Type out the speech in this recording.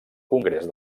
congrés